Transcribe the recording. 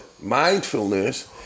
mindfulness